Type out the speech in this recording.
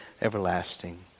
everlasting